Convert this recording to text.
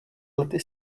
lety